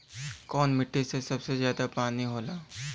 कौन मिट्टी मे सबसे ज्यादा पानी होला?